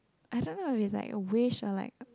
I don't know it's like a wish or like